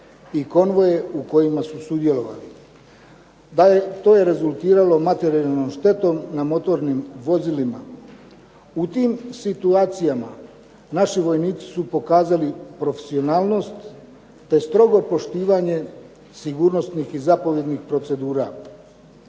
i konvoje u kojima su sudjelovali. To je rezultiralo materijalnom štetom na motornim vozilima. U tim situacijama naši vojnici su pokazali profesionalnost, te strogo poštivanje sigurnosnih i zapovjednih procedura.